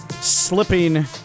slipping